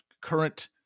current